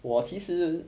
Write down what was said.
我其实